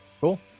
Cool